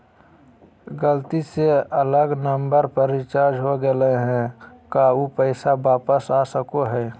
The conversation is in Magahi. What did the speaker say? गलती से अलग नंबर पर रिचार्ज हो गेलै है का ऊ पैसा वापस आ सको है?